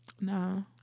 No